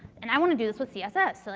and i want to do this with css. so